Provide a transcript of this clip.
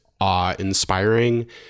awe-inspiring